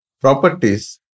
properties